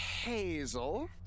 Hazel